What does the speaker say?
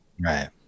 Right